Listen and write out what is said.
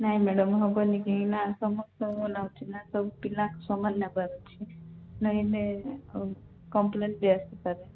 ନାଇଁ ମ୍ୟାଡ଼ମ୍ ହେବନି କି ନା ସମସ୍ତଙ୍କ ନାଁ ଅଛି ନା ସବୁ ପିଲା ସମାନ ନେବା ଅଛି ନହେଲେ କମ୍ପ୍ଲେନ୍ ବି ଆସିପାରେ